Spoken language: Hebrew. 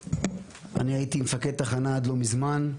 אני הייתי מפקד תחנה עד לא מזמן,